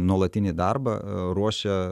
nuolatinį darbą ruošia